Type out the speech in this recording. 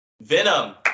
Venom